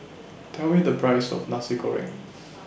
Tell Me The Price of Nasi Goreng